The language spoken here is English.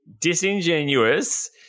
disingenuous